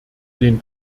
den